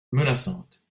menaçante